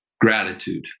gratitude